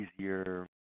easier